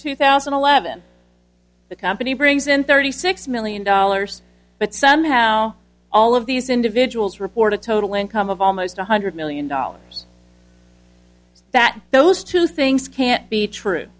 two thousand and eleven the company brings in thirty six million dollars but somehow all of these individuals report a total income of almost one hundred million dollars that those two things can't be true